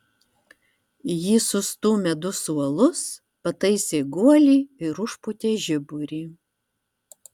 ji sustūmę du suolus pataisė guolį ir užpūtė žiburį